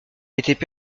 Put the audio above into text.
étaient